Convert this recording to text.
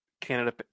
Canada